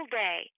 day